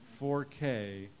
4K